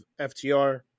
ftr